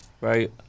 right